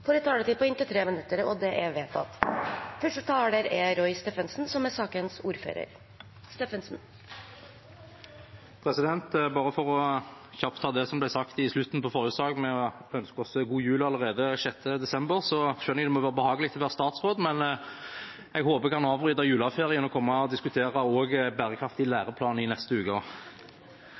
får en taletid på inntil 3 minutter. Bare for kjapt å ta det som ble sagt i slutten av forrige sak om å ønske oss god jul allerede 6. desember: Jeg skjønner at det må være behagelig for statsråden, men jeg håper han kan avbryte juleferien og komme og diskutere bærekraftig læreplan i neste uke.